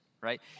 right